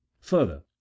Further